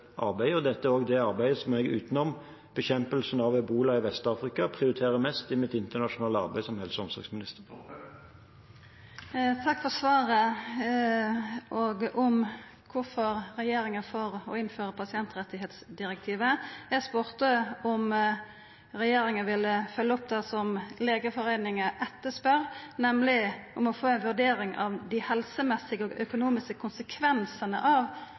arbeidet, og det er dette arbeidet jeg, utenom bekjempelsen av ebola i Vest-Afrika, prioriterer mest i mitt internasjonale arbeid som helse- og omsorgsminister. Eg takkar for svaret på kvifor regjeringa er for å innføra pasientrettsdirektivet. Eg spurde om regjeringa ville følgja opp det som Legeforeningen etterspør, nemleg å få ei vurdering av dei helsemessige og økonomiske konsekvensane av